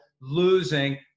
losing